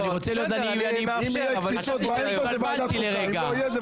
אני רוצה לדעת, כי חשבתי לרגע שהתבלבלתי.